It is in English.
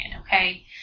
Okay